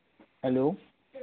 hello